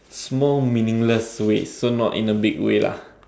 small meaningless way so not in a big way lah